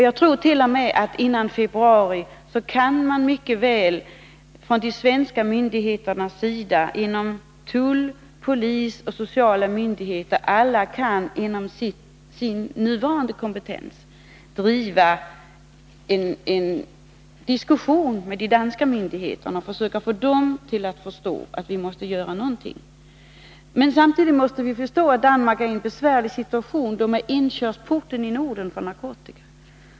Jag tror t.o.m. att de svenska myndigheterna — tull, polis och sociala myndigheter — mycket väl före februari inom ramen för sin nuvarande kompetens kan driva en diskussion med de danska myndigheterna och försöka få dem att förstå att vi måste göra någonting. Samtidigt måste vi förstå att Danmark är i en besvärlig situation. Det är inkörsporten i Norden för narkotika.